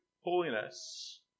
holiness